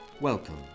welcome